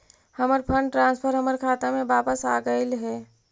हमर fund transfer हमर खाता में वापस आगईल हे